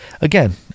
again